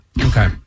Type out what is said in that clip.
Okay